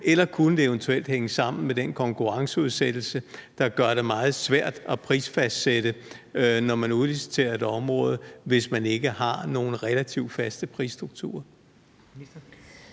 Eller kunne det eventuelt hænge sammen med den konkurrenceudsættelse, der gør det meget svært at prisfastsætte det, når man udliciterer et område, hvis man ikke har nogle relativt faste prisstrukturer?